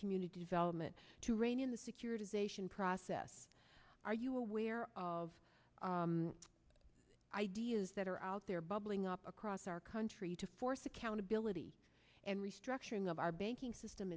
community development to rein in the securitization process are you aware of ideas that are out there bubbling up across our country to force accountability and restructuring of our banking system